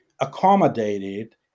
accommodated